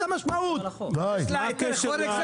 ואת יושבת אטומה, את